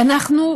ואנחנו,